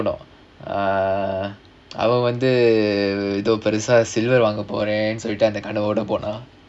போனோம் அவன் வந்து ஏதோ பெருசா:ponom avan vandhu edho perusaa silver வாங்க போறேன்னு அந்த கடைய விட போனான்:vaanga poraenu andha kadaya vida ponaan